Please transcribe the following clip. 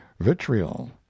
vitriol